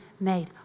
made